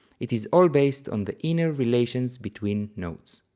it is all based on the inner relations between notes.